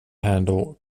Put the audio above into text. handle